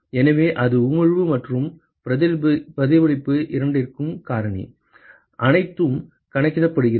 எனவே அது உமிழ்வு மற்றும் பிரதிபலிப்பு இரண்டிற்கும் காரணி அனைத்தும் கணக்கிடப்படுகிறது